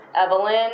Evelyn